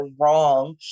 wrong